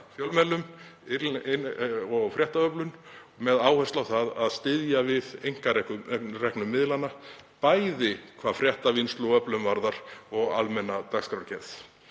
fjölmiðlun og fréttaöflun með áherslu á að styðja við einkareknu miðlana, bæði hvað fréttavinnslu og -öflun varðar og almenna dagskrárgerð.